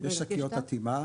יש שקיות אטימה,